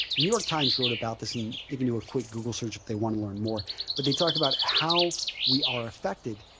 new york times wrote about this and you can do a quick google search if they want to learn more but they talk about how we are affected